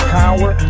power